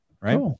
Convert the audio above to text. Right